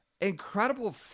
incredible